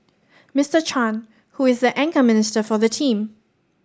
Mister Chan who is the anchor minister for the team